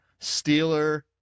Steeler